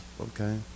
okay